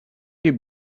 could